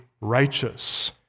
righteous